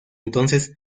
entonces